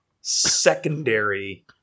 secondary